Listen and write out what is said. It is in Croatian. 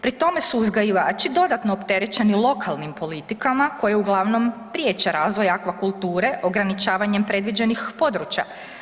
Pri tome su uzgajivači dodatno opterećeni lokalnim politikama koje uglavnom priječe razvoj akvakulture ograničavanje predviđenih područja.